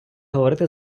говорити